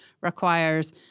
requires